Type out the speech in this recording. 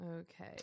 Okay